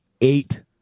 eight